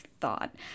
thought